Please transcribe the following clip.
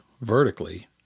vertically